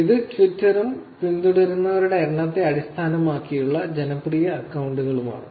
ഇത് ട്വിറ്ററും പിന്തുടരുന്നവരുടെ എണ്ണത്തെ അടിസ്ഥാനമാക്കിയുള്ള ജനപ്രിയ അക്കൌണ്ടുകളുമാണ്